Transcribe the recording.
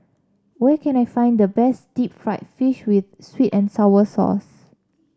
where can I find the best Deep Fried Fish with sweet and sour sauce